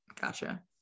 gotcha